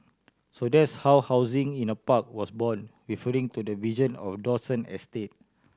so that's how housing in a park was born referring to the vision of Dawson estate